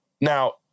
Now